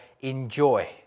enjoy